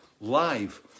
live